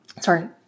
sorry